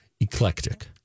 eclectic